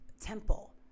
temple